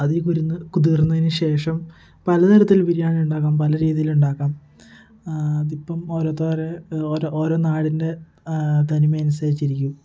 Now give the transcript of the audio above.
അരി കുരുന്നു കുതിർന്നതിന് ശേഷം പല തരത്തിൽ ബിരിയാണി ഉണ്ടാക്കാം പല രീതിയിലുണ്ടാക്കാം അതിപ്പം ഓരോത്തര് ഓരോ നാടിൻ്റെ തനിമ അനുസരിച്ചിരിക്കും